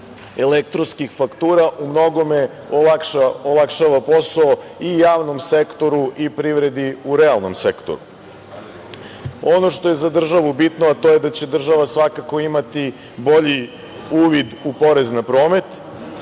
elektronskih faktura u mnogome olakšava posao i javnom sektoru i privredi u realnom sektoru. Ono što je za državu bitno, a to je da će država svakako imati bolji uvid u porez na promet,